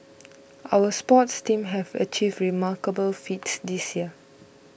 our sports teams have achieved remarkable feats this year